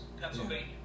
Pennsylvania